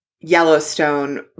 Yellowstone